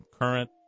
current